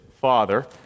father